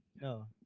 no